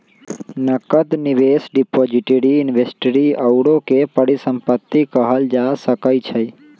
नकद, निवेश, depository, inventory आउरो के परिसंपत्ति कहल जा सकइ छइ